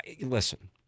Listen